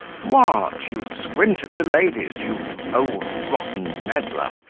what! you squint at the ladies, you old rotten medlar?